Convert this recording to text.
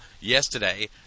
yesterday